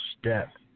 step